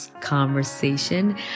conversation